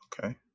Okay